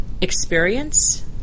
experience